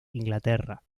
inglaterra